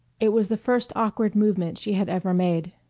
it was the first awkward movement she had ever made.